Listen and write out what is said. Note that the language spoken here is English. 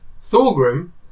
Thorgrim